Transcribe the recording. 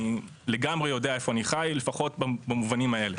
אני לגמרי יודע איפה אני חי, לפחות במובנים האלה.